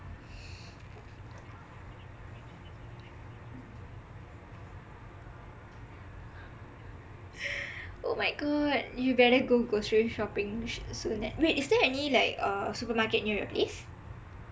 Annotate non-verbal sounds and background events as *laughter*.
*laughs* oh my god you better go groceries shopping soon wait is there any like uh supermarket near your place